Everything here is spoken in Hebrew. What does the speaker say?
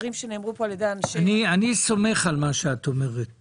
אני סומך על מה שאת אומרת